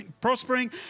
prospering